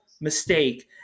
mistake